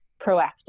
Proactive